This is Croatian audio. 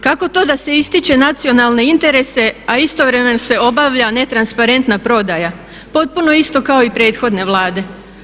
Kako to da se ističe nacionalne interese, a istovremeno se obavlja ne transparentna prodaja potpuno isto kao i prethodne vlade?